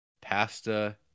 pasta